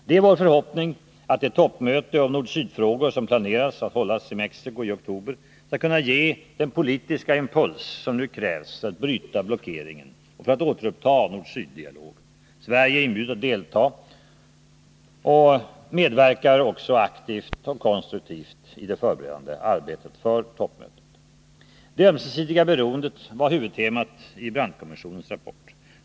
Det är vår förhoppning att det toppmöte om nord-syd-frågor som planeras att hållas i Mexico i oktober skall kunna ge den politiska impuls som nu krävs för att bryta blockeringarna och för att återuppta nord-syd-dialogen. Sverige är inbjudet att delta och medverkar också aktivt och konstruktivt i det förberedande arbetet för toppmötet. Det ömsesidiga beroendet var huvudtemat i Brandtkommissionens rapport.